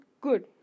good